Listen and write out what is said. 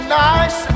nice